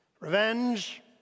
Revenge